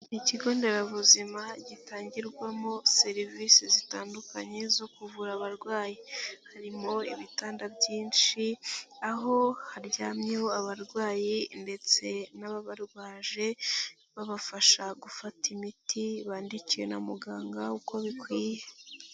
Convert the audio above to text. Ikigo nderabuzima gitangirwamo serivisi zitandukanye zo kuvura abarwayi, harimo ibitanda byinshi aho haryamyeho abarwayi ndetse n'ababarwaje babafasha gufata imiti bandikiwe na muganga uko bikwiye.